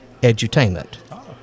edutainment